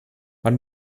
man